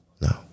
No